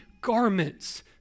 garments